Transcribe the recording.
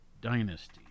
dynasty